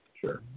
Sure